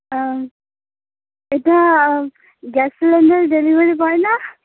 ᱠᱳᱛᱷᱟᱭ gas cylinder delivery boy ᱱᱟ